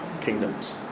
kingdoms